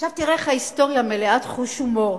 עכשיו תראה איך ההיסטוריה מלאת חוש הומור,